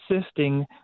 assisting